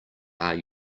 are